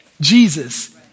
Jesus